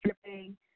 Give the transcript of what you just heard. stripping